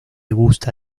gusta